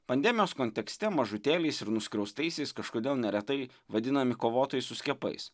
pandemijos kontekste mažutėliais ir nuskriaustaisiais kažkodėl neretai vadinami kovotojai su skiepais